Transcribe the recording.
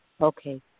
Okay